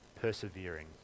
persevering